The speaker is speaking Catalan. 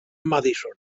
madison